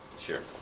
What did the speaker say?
sure.